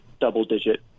double-digit